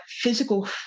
physical